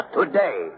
today